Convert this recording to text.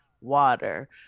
Water